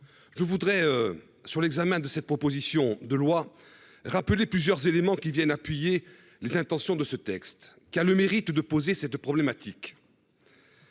Je voudrais sur l'examen de cette proposition de loi rappeler plusieurs éléments qui viennent appuyer les intentions de ce texte qui a le mérite de poser cette problématique.